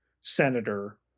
senator